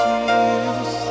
Jesus